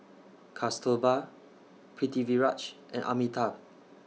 Kasturba Pritiviraj and Amitabh